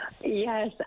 yes